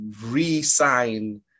re-sign